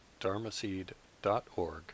dharmaseed.org